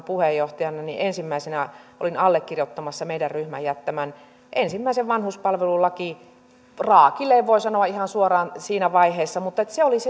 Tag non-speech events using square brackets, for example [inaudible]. [unintelligible] puheenjohtajana ensimmäisenä olin allekirjoittamassa meidän ryhmän jättämän ensimmäisen vanhuspalvelulakiraakileen voi sanoa ihan suoraan siinä vaiheessa mutta se oli